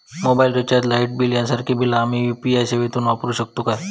Mobile recharge, light bill यांसारखी बिला आम्ही यू.पी.आय सेवेतून करू शकतू काय?